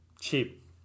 cheap